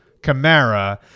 Kamara